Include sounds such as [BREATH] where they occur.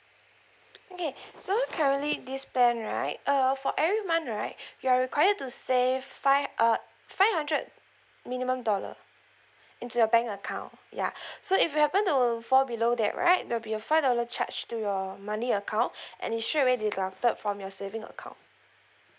okay so currently this plan right uh for every month right you are required to save five uh five hundred minimum dollar into your bank account ya [BREATH] so if you happen to fall below that right there'll be a five dollar charge to your money account [BREATH] and it straight away deducted from your saving account